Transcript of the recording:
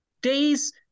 days